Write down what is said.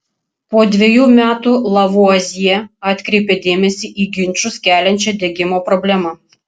po dvejų metų lavuazjė atkreipė dėmesį į ginčus keliančią degimo problemą